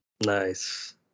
Nice